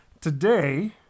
Today